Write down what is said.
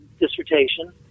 dissertation